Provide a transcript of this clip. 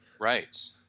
Right